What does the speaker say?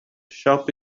shop